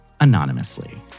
anonymously